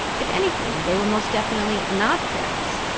if anything, they were most definitely not friends,